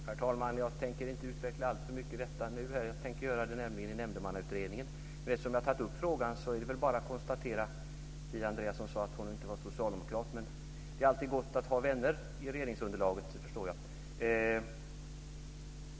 Herr talman! Jag tänker inte utveckla detta alltför mycket här, det tänker jag nämligen göra i Nämndemannautredningen. Eftersom jag har tagit upp frågan är det bara att konstatera - Kia Andreasson sade att hon inte var socialdemokrat - att det alltid är gott att ha vänner i regeringsunderlaget.